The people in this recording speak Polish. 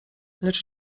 lecz